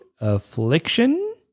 Affliction